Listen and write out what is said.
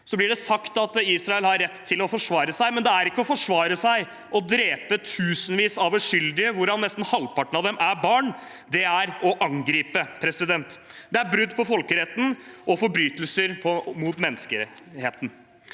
Det blir sagt at Israel har rett til å forsvare seg, men det er ikke å forsvare seg å drepe tusenvis av uskyl dige hvorav nesten halvparten er barn. Det er å angripe. Det er brudd på folkeretten og forbrytelser mot menneskeheten.